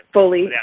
fully